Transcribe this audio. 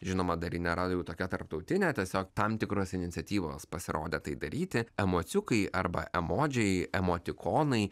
žinoma dar ji nėra jau tokia tarptautinė tiesiog tam tikros iniciatyvos pasirodė tai daryti emociukai arba emodžiai emotikonai